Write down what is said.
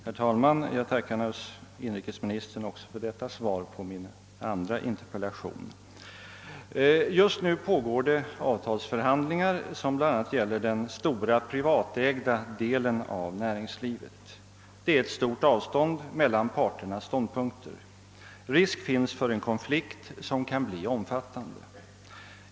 Herr talman! Jag tackar inrikesministern även för svaret på min andra interpellation. Just nu pågår avtalsförhandlingar som bl.a. gäller den stora privatägda delen av näringslivet. Det är stor skillnad på parternas ståndpunkter och risk finns för en konflikt som kan bli omfattande.